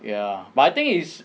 ya but I think is